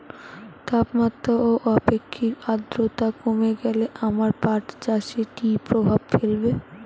তাপমাত্রা ও আপেক্ষিক আদ্রর্তা কমে গেলে আমার পাট চাষে কী প্রভাব ফেলবে?